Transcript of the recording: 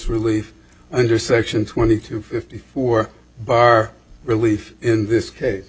relief under section twenty two fifty four bar relief in this case